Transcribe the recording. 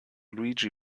luigi